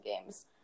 games